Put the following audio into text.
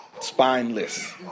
Spineless